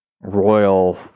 royal